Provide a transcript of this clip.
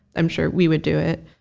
i'm sure we would do it.